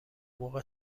موقع